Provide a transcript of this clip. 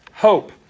hope